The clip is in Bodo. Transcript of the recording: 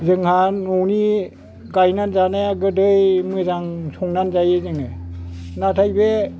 जोंहा न'नि गायनानै जानाया गोदै मोजां संनानै जायो जोङो नाथाय बे